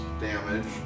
damage